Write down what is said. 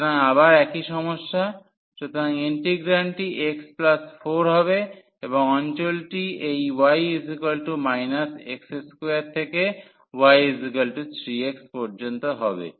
সুতরাং আবার একই সমস্যা সুতরাং ইন্টিগ্রান্ডটি x 4 হবে এবং অঞ্চলটি এই y x2 থেকে y3x পর্যন্ত হবে